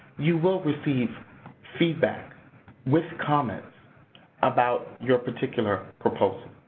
you will receive feedback with comments about your particular proposal.